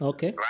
Okay